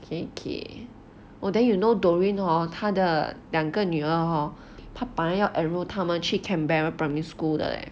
K K orh then you know doreen hor 他的两个女儿 hor 他本来要 enrol 他们去 canberra primary school 的 leh